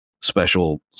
special